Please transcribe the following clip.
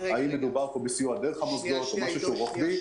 האם מדובר פה בסיוע דרך המוסדות או משהו שהוא רוחבי.